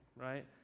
right